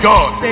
God